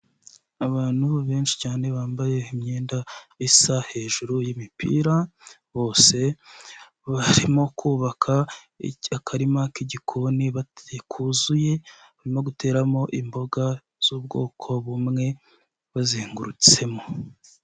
Abantu benshi cyane bambaye imyenda isa hejuru y'imipira, bose barimo kubaka akarima k'igikoni kuzuye barimo guteramo imboga z'ubwoko bumwe bazengurutsemo.